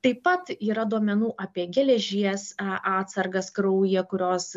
taip pat yra duomenų apie geležies a atsargas kraujyje kurios